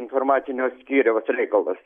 informacinio skyriaus reikalas